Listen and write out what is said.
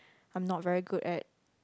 I'm not very good at